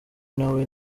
nawe